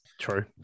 True